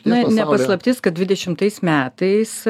ne paslaptis kad dvidešimtais metais